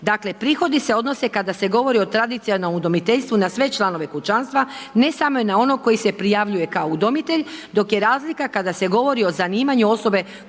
Dakle, prihodi se odnose kada se govori o tradicionalnom udomiteljstvu na sve članove kućanstva, ne samo na onog koji se prijavljuje kao udomitelj dok je razlika kada se govori o zanimanju osobe